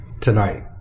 tonight